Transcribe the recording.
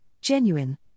genuine